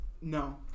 No